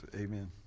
Amen